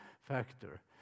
factor